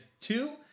two